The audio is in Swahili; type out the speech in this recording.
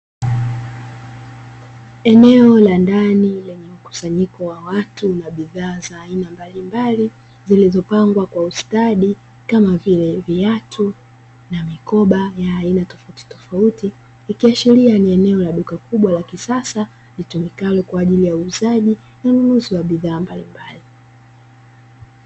Eneo la ndani lenye mkusanyiko wa watu na bidhaa za aina mbalimbali zilizopangwa kwa ustadi kama vile: viatu na mikoba ya aina tofautitofauti ikiashiria ni eneo la duka kubwa la kisasa litumikalo kwa ajili uuzaji na ununuzi wa bidhaa mbalimbali.